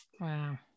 wow